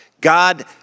God